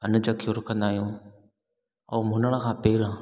अन्न चखियो रखंदा आहियूं ऐं मुनण खां पहिरां